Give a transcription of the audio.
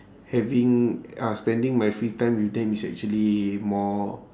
having ah spending my free time with them is actually more